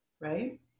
right